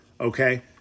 okay